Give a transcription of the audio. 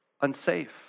unsafe